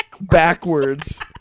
backwards